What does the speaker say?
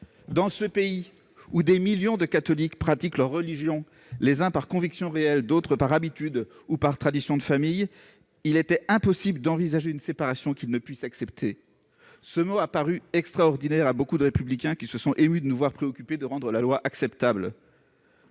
Dans ce pays où des millions de catholiques pratiquent leur religion, les uns par conviction réelle, d'autres par habitude, par tradition de famille, il était impossible d'envisager une séparation qu'ils ne puissent accepter. Ce mot a paru extraordinaire à beaucoup de républicains qui se sont émus de nous voir préoccupés de rendre la loi acceptable.